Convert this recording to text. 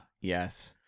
yes